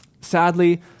Sadly